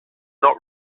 not